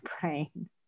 brain